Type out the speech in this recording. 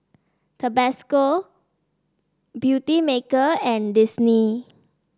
Tabasco Beautymaker and Disney